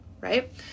right